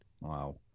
Wow